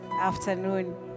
afternoon